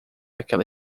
aquela